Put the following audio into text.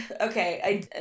okay